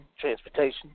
transportation